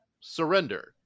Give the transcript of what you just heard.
surrender